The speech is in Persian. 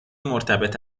مرتبط